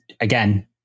again